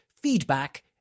feedback